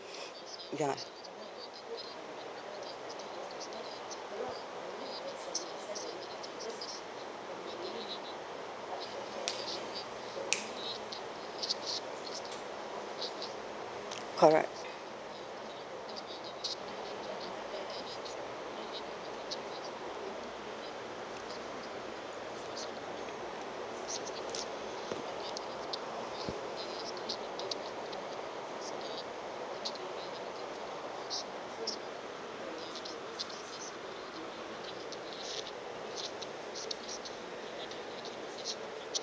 ya correct